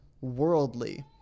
worldly